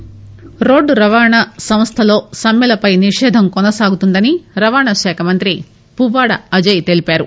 రాష్ట్ర రోడ్డు రవాణా సంస్థలో సమ్మెలపై నిషేధం కొనసాగుతుందని రవాణా శాఖ మంత్రి పువ్వాడ అజయ్ తెలిపారు